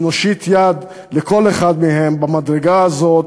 אם נושיט יד לכל אחד מהם במדרגה הזאת,